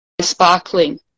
sparkling